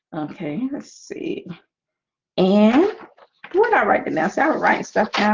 okay, let's see and what i right and now sell right stuff. yeah,